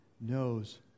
knows